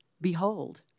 behold